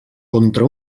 contra